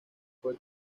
fue